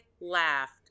laughed